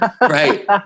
Right